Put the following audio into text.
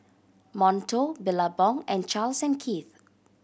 Monto Billabong and Charles and Keith